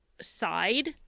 side